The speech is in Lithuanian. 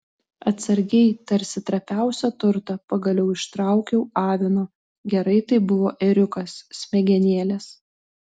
atsargiai tarsi trapiausią turtą pagaliau ištraukiau avino gerai tai buvo ėriukas smegenėles